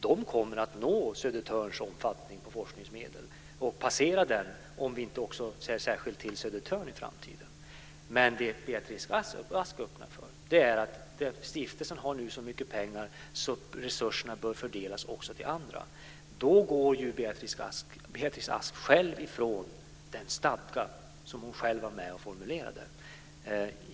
De kommer att nå Södertörns omfattning av forskningsmedel och passera den om vi inte också särskilt ser till Södertörn i framtiden. Vad Beatrice Ask öppnar för är att stiftelsen nu har så mycket pengar att resurserna bör fördelas också till andra. Men då går Beatrice Ask själv ifrån den stadga som hon själv var med och formulerade.